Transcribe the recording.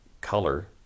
color